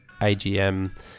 AGM